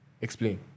Explain